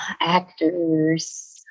Actors